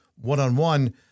one-on-one